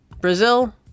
Brazil